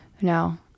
No